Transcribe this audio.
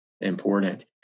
important